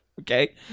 Okay